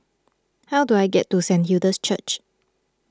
how do I get to Saint Hilda's Church